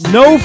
no